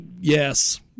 yes